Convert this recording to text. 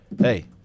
hey